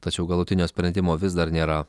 tačiau galutinio sprendimo vis dar nėra